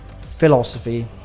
philosophy